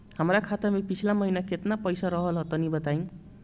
हमार खाता मे पिछला महीना केतना पईसा रहल ह तनि बताईं?